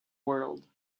world